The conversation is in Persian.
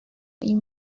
این